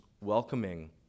welcoming